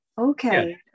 okay